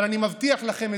אבל אני מבטיח לכם,